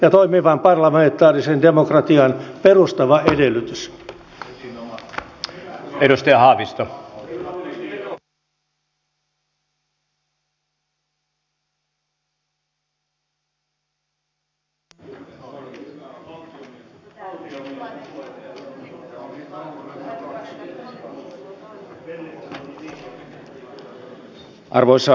sanoin tosiaan että meidän omassa kunnassa on tämä yksityisen järjestämä vastaanottokeskus